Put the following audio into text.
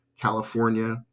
California